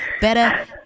better